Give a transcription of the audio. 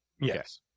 yes